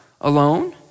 alone